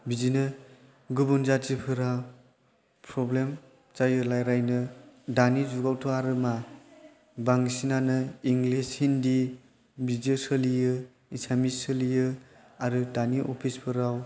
बिदिनो गुबुन जातिफोरा प्रब्लेम जायो रायज्लायनो दानि जुगावथ' आरो मा बांसिनानो इंलिस हिन्दि बिदिल' सोलियो एसामिस सोलियो आरो दानि अफिस फोराव